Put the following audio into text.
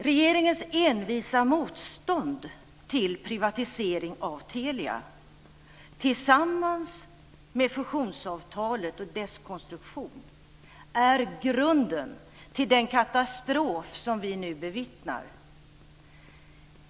Regeringens envisa motstånd till privatisering av Telia är tillsammans med fusionsavtalet och dess konstruktion grunden till den katastrof vi nu bevittnar.